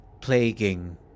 plaguing